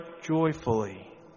joyfully